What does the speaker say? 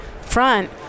front